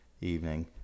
evening